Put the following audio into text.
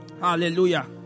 Hallelujah